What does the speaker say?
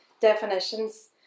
definitions